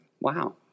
Wow